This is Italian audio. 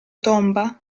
tomba